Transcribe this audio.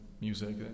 music